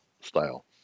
style